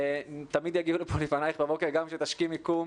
תמיד יגיעו לפה לפנייך בבוקר גם כשתשכימי קום